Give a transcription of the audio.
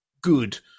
good